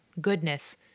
goodness